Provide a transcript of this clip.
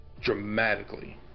dramatically